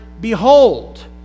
behold